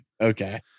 Okay